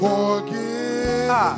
Forgive